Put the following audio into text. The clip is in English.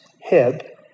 hip